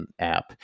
app